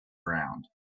round